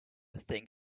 think